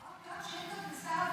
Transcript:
אמורות להיות שאילתות לשר הביטחון.